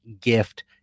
gift